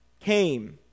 came